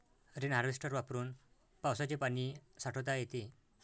rain harvester वापरून पावसाचे पाणी साठवता येते